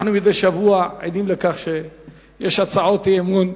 מדי שבוע אנחנו עדים לכך שיש הצעות אי-אמון.